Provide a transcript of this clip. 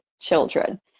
children